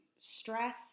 stress